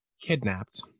kidnapped